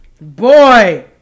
Boy